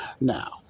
now